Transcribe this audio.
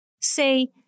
Say